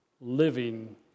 living